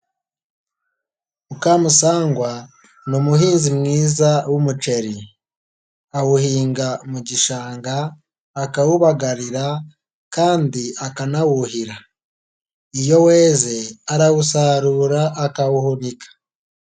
Mukamusangwa ni umuhinzi mwiza w'umuceri. Awuhinga mu gishanga, akawubagarira kandi akanawuhira, iyo weze arawusarura akawuhunika.